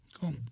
Cool